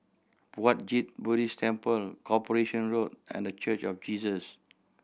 Puat Jit Buddhist Temple Corporation Road and The Church of Jesus